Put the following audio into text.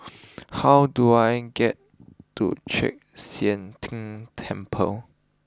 how do I get to Chek Sian Tng Temple